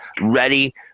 ready